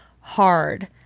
hard